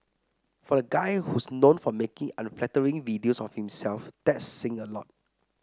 for a guy who's known for making unflattering videos of himself that's saying a lot